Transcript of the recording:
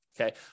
Okay